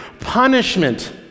punishment